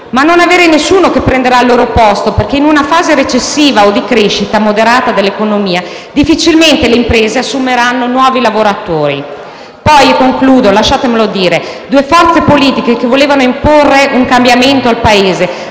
di non avere nessuno che prenderà il loro posto, perché in una fase recessiva o di crescita moderata dell'economia difficilmente le imprese assumeranno nuovi lavoratori. *(Richiami del Presidente).* Concludo. Lasciatemelo dire: due forze politiche che volevano imporre un cambiamento al Paese